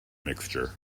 mixture